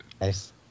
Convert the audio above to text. Nice